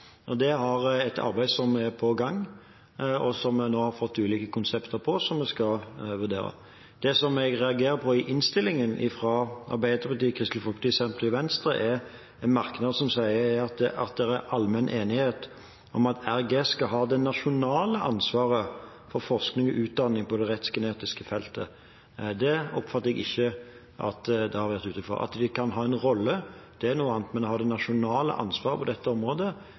Der har vi et arbeid som er på gang, og som vi nå har fått ulike konsepter for som vi skal vurdere. Det som jeg reagerer på i innstillingen, er en merknad fra Arbeiderpartiet, Kristelig Folkeparti, Senterpartiet og SV om at «det er allmenn enighet om at RGS skal ha det nasjonale ansvaret for forskning og utdanning på det rettsgenetiske feltet». Det oppfatter jeg ikke at det har vært gitt uttrykk for. At de kan ha en rolle, er noe annet, men at de kan ha det nasjonale ansvaret på dette området,